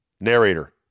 Narrator